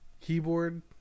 keyboard